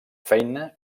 feina